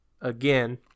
again